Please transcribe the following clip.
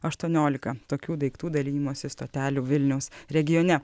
aštuoniolika tokių daiktų dalijimosi stotelių vilniaus regione